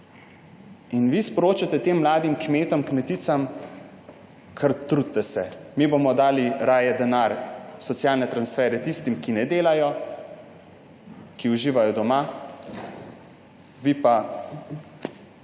In vi sporočate tem mladim kmetom, kmeticam: kar trudite se, mi bomo dali raje denar, socialne transferje tistim, ki ne delajo, ki uživajo doma, vi pa